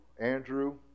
Andrew